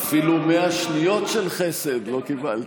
אפילו 100 שניות של חסד לא קיבלת.